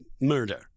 murder